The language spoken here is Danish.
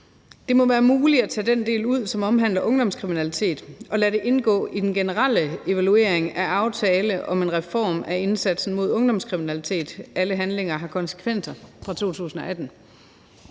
Det må være muligt at tage den del ud, som omhandler ungdomskriminalitet, og lade det indgå i den generelle evaluering af »Aftale om en reform af indsatsen mod ungdomskriminalitet – Alle handlinger har konsekvenser« fra 2018.